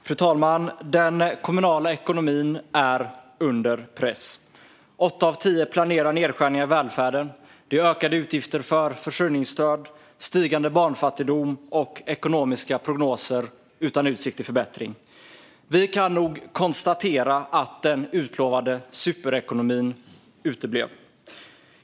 Fru talman! Den kommunala ekonomin är under press. Åtta av tio kommuner planerar nedskärningar i välfärden. Vi ser ökade utgifter för försörjningsstöd, stigande barnfattigdom och ekonomiska prognoser utan utsikt till förbättring. Vi kan nog konstatera att den utlovade superekonomin uteblev.